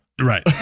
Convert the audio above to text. Right